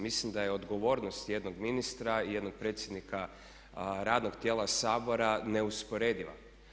Mislim da je odgovornost jednog ministra i jednog predsjednika radnog tijela Sabora neusporediva.